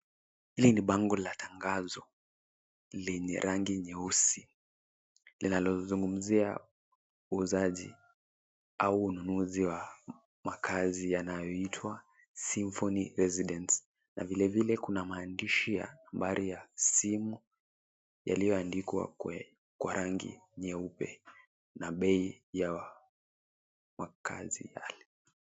Hili ni bango la tangazo lenye rangi nyeusi. Linalozungumzia uuzaji au ununuzi wa makazi yanayoitwa Symphony Residence. Vilevile, kuna maandishi ya nambari ya simu yaliyoandikwa kwa rangi nyeupe na bei ya makazi yale.